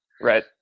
Right